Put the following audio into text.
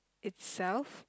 itself